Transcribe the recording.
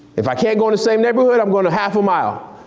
if i can't go in the same neighborhood, i'm goin' half a mile.